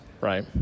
right